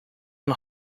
can